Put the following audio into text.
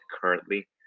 currently